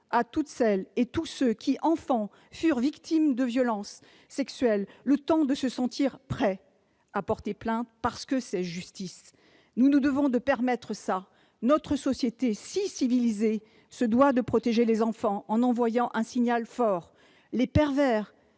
à toutes celles et tous ceux qui, enfants, furent victimes de violences sexuelles le temps de se sentir prêts à porter plainte, parce que c'est justice ! Nous nous devons de permettre cela. Notre société si civilisée se doit de protéger les enfants, en envoyant un signal fort : les pervers-